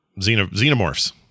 Xenomorphs